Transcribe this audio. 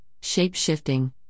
shape-shifting